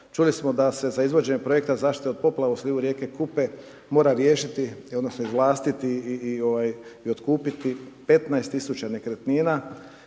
Čuli smo da se za izvođenje projekta zaštite od poplava u slivu rijeke Kupe mora riješiti odnosno izvlastiti i otkupiti 15 000 nekretnina.